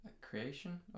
creation